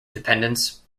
dependence